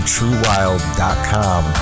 TrueWild.com